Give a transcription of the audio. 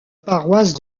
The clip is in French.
paroisse